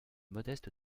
modeste